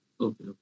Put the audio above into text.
Okay